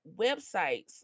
websites